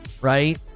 right